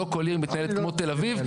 לא כל עיר מתנהלת כמו תל אביב.